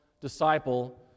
disciple